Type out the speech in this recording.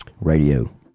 radio